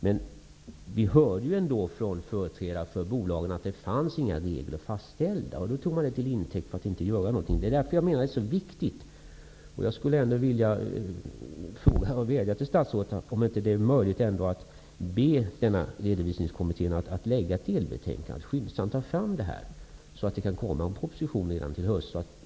Men vi hörde ju ändå från företrädare för bolagen att det inte finns några regler fastställda och att man tar det till intäkt för att inte göra någonting. Därför är detta så viktigt. Jag skulle vilja fråga statsrådet om det ändå inte är möjligt att be denna Redovisningskommitté att lägga fram ett delbetänkande, att skyndsamt ta fram det, så att det kan komma en proposition redan i höst.